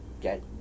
Get